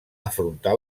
afrontar